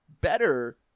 better